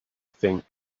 think